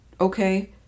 okay